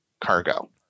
cargo